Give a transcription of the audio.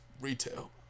retail